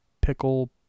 pickle